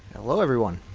hello, everyone.